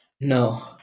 No